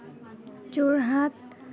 Jorhat